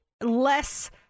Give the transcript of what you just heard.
less